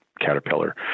Caterpillar